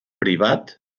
privat